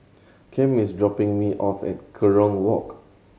Cam is dropping me off at Kerong Walk